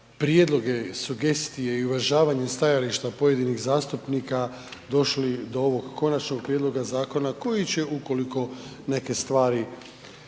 prijedloge, sugestije i uvažavanje stajališta pojedinih zastupnika došli do ovog Konačnog prijedloga zakona koji će ukoliko neke stvari, koje